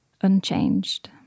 unchanged